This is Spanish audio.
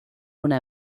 una